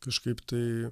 kažkaip tai